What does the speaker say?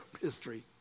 history